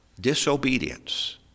disobedience